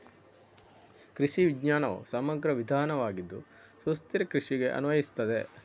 ಕೃಷಿ ವಿಜ್ಞಾನವು ಸಮಗ್ರ ವಿಧಾನವಾಗಿದ್ದು ಸುಸ್ಥಿರ ಕೃಷಿಗೆ ಅನ್ವಯಿಸುತ್ತದೆ